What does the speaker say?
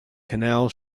canal